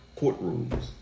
courtrooms